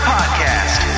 Podcast